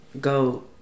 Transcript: go